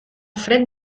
fred